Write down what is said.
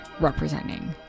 representing